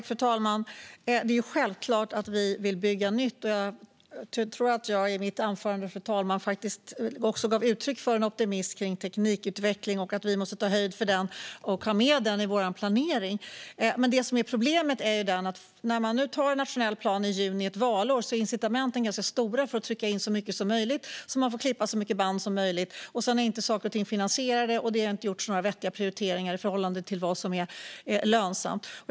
Fru talman! Det är självklart att vi vill bygga nytt. Jag tror också att jag i mitt anförande gav uttryck för optimism kring teknikutveckling och att vi måste ta höjd för den och ha med den i vår planering. Det som är problemet är att när man antar en nationell plan i juni ett valår är incitamenten ganska stora att trycka in så mycket som möjligt så att man får klippa så många band som möjligt. Sedan är saker och ting inte finansierade, och det har inte gjorts några vettiga prioriteringar i förhållande till vad som är lönsamt.